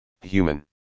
human